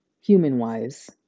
human-wise